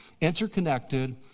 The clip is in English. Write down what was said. Interconnected